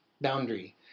boundary